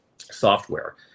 software